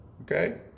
Okay